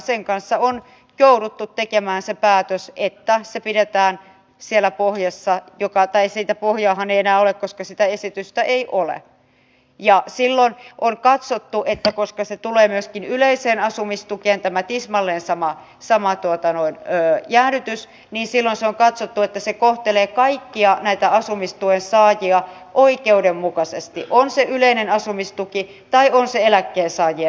sen kanssa on jouduttu tekemään se päätös että se pidetään siellä pohjassa tai sitä pohjaahan ei enää ole koska sitä esitystä ei ole ja silloin on katsottu että koska se tulee myöskin yleiseen asumistukeen tämä tismalleen sama jäädytys se kohtelee kaikkia asumistuen saajia oikeudenmukaisesti on se yleinen asumistuki tai on se eläkkeensaajien asumistuki